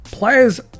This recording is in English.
Players